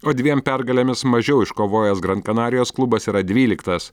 o dviem pergalėmis mažiau iškovojęs gran kanarijos klubas yra dvyliktas